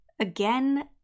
Again